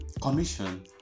commission